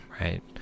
Right